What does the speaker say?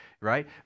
right